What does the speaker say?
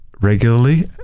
regularly